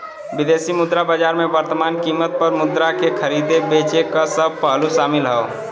विदेशी मुद्रा बाजार में वर्तमान कीमत पर मुद्रा के खरीदे बेचे क सब पहलू शामिल हौ